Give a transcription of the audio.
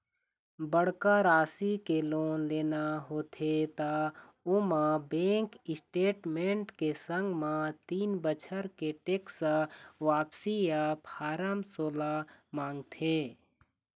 बड़का राशि के लोन लेना होथे त ओमा बेंक स्टेटमेंट के संग म तीन बछर के टेक्स वापसी या फारम सोला मांगथे